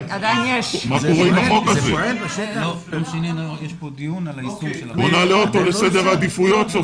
א.ב.: צריך להעלות אותו לסדר העדיפויות.